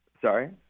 Sorry